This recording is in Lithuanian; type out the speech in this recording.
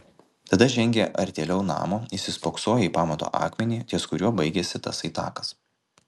tada žengė artėliau namo įsispoksojo į pamato akmenį ties kuriuo baigėsi tasai takas